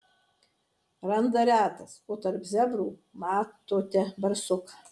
randa retas ar tarp zebrų matote barsuką